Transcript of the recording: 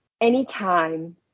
anytime